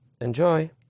Enjoy